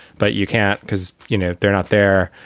but you can't because, you know, they're not there,